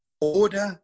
order